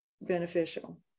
beneficial